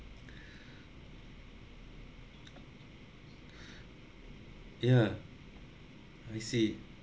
ya I see